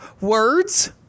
words